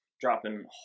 Dropping